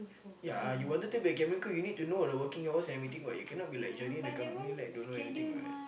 ya you want to be cabin crew you need to know the working hours and everything what you cannot be like joining the company like don't know anything what